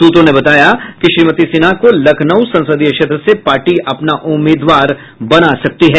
सूत्रों ने बताया कि श्रीमती सिन्हा को लखनऊ संसदीय क्षेत्र से पार्टी अपना उम्मीदवार बना सकती है